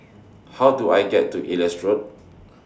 How Do I get to Elias Road